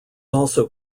also